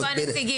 איפה הנציגים?